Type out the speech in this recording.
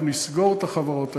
אנחנו נסגור את החברות האלה,